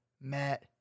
Matt